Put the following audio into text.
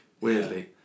weirdly